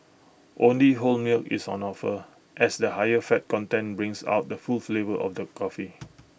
only whole milk is on offer as the higher fat content brings out the full flavour of the coffee